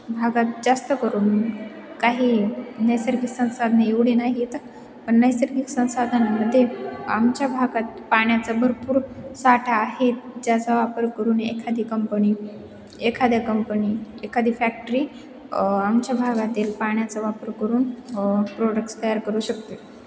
भागात जास्त करून काही नैसर्गिक संसाधने एवढी नाहीत पण नैसर्गिक संसाधनामध्ये आमच्या भागात पाण्याचा भरपूर साठा आहेत ज्याचा वापर करून एखादी कंपनी एखाद्या कंपनी एखादी फॅक्टरी आमच्या भागातील पाण्याचा वापर करून प्रोडक्टस तयार करू शकते